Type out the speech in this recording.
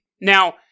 Now